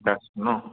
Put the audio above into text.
দছ নহ্